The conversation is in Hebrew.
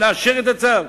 לאשר את הצו,